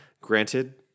Granted